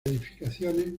edificaciones